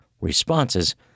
responses